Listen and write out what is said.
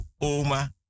oma